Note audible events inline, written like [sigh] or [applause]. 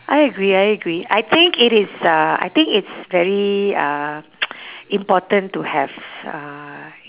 I agree I agree I think it is uh I think it's very uh [noise] important to have uh